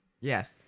Yes